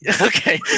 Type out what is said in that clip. Okay